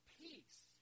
peace